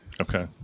Okay